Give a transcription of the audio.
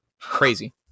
Crazy